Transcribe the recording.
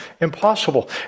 impossible